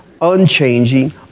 unchanging